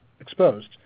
exposed